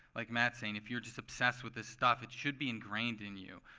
like matt's saying, if you're just obsessed with this stuff, it should be ingrained in you.